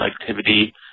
Activity